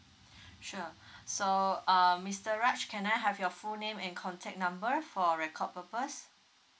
sure so um mister raj can I have your full name and contact number for record purpose